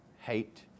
hate